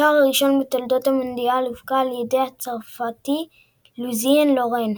השער הראשון בתולדות המונדיאל הובקע על ידי הצרפתי לוסיאן לורן.